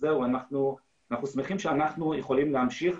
אנחנו שמחים שאנחנו יכולים להמשיך.